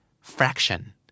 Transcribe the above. Fraction